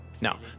Now